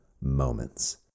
moments